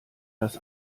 das